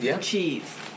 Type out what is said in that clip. cheese